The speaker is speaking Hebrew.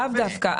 לאו דווקא.